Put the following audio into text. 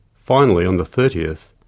finally, on the thirtieth,